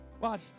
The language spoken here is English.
Watch